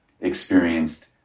experienced